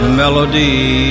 melody